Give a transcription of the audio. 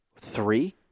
Three